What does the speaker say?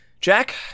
Jack